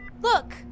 Look